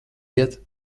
iet